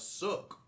suck